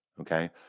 okay